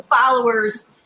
followers